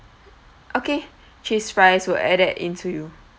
okay cheese fries were added into you